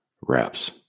reps